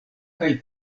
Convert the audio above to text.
kaj